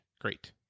great